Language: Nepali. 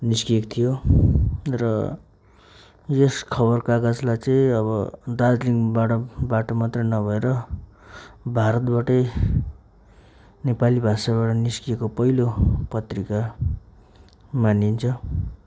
निस्किएको थियो र यस खबर कागजलाई चाहिँ अब दार्जिलिङबाट बाट मात्रै नभएर भारतबाटै नेपाली भाषाबाट निस्किएको पहिलो पत्रिका मानिन्छ